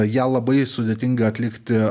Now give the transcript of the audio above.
ją labai sudėtinga atlikti